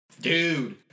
Dude